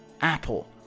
Apple